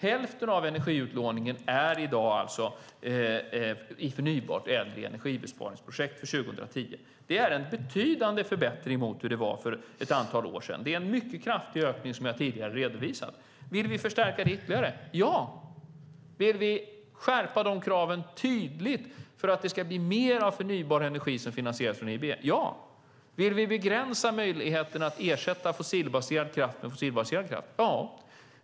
Hälften av energiutlåningen sker i dag i förnybar energi och energieffektivisering. Det är en betydande förbättring mot hur det var för ett antal år sedan. Det är en mycket kraftig ökning, som jag tidigare redovisat. Vill vi förstärka det ytterligare? Ja. Vill vi skärpa de kraven tydligt för att det ska bli mer förnybar energi som finansieras av EIB? Ja. Vill vi begränsa möjligheten att ersätta fossilbaserad kraft med fossilbaserad kraft? Ja.